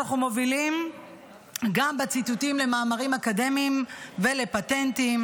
אנחנו מובילים בציטוטים למאמרים אקדמיים ולפטנטים.